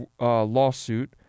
lawsuit